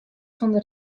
sûnder